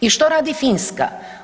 I što radi Finska?